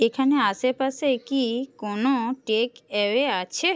এখানে আশেপাশে কি কোনও টেক অ্যাওয়ে আছে